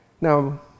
Now